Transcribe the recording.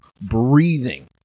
breathing